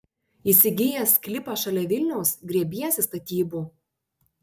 įsigijęs sklypą šalia vilniaus griebiesi statybų